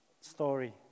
story